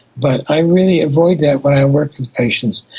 but i really avoid that when i work with patients.